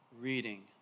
reading